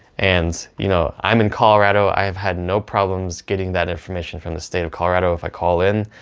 and you know, i'm in colorado. i've had no problems getting that information from the state of colorado if i call in.